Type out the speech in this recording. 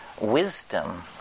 wisdom